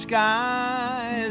sky